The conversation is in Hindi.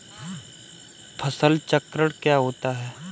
फसल चक्रण क्या होता है?